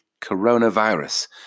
coronavirus